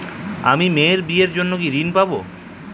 আমি মেয়ের বিয়ের জন্য কি ঋণ পাবো?